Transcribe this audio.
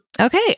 Okay